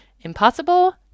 Impossible